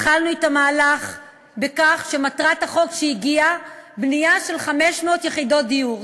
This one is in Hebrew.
התחלנו את המהלך בכך שמטרת החוק שהגיע הייתה בנייה של 500 יחידות דיור.